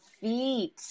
feet